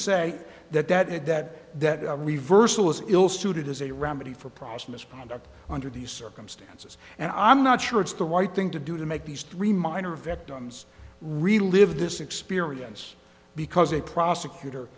say that that it that that reversal is ill suited is a remedy for process miss pondar under these circumstances and i'm not sure it's the right thing to do to make these three minor victims relive this experience because a prosecutor